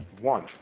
one